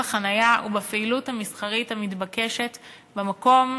החניה ובפעילות המסחרית המתבקשת במקום.